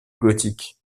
gothique